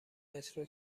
مترو